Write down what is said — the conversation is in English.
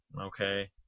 Okay